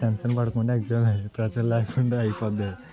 tension పడకుండా exam రాయి pressure లేకుండా అయిపోద్ది